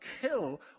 kill